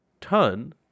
ton